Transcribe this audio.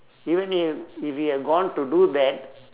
even if if he had gone to do that